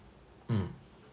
mm